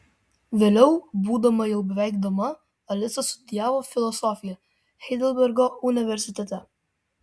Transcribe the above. vėliau būdama jau beveik dama alisa studijavo filosofiją heidelbergo universitete